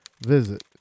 visit